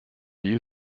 you